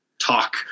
talk